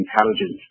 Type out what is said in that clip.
intelligence